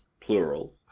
plural